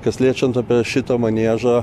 kas liečiant apie šitą maniežą